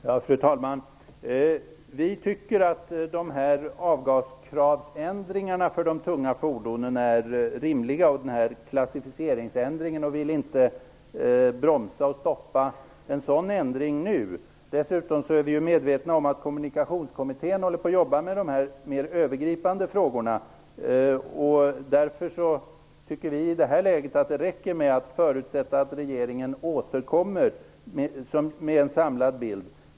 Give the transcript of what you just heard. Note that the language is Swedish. Fru talman! Vi tycker att ändringarna av avgaskraven för de tunga fordonen och klassificeringsändringen är rimliga. Vi vill inte stoppa eller bromsa de ändringarna nu. Dessutom är vi medvetna om att Kommunikationskommittén jobbar med de här mer övergripande frågorna. Därför tycker vi att det i det här läget räcker med att förutsätta att regeringen återkommer med en samlad bild.